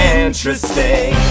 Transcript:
interesting